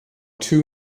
two